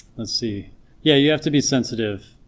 let's see yeah you have to be sensitive